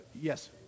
yes